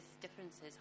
differences